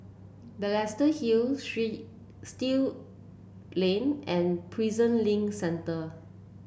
Balestier Hill Street Still Lane and Prison Link Centre